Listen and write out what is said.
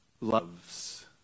loves